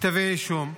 כתבי אישום,